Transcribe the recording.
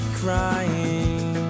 crying